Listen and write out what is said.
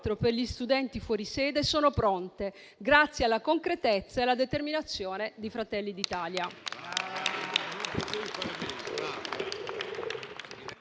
per gli studenti fuori sede sono pronte grazie alla concretezza e alla determinazione di Fratelli d'Italia.